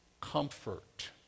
comfort